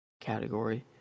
category